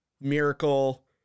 Miracle